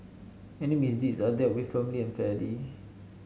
any misdeeds are dealt with firmly and fairly